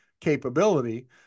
capability